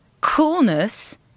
coolness